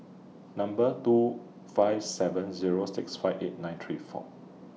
Number two five seven Zero six five eight nine three four